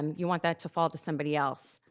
and you'll want that to fall to somebody else.